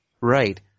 Right